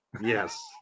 Yes